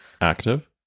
active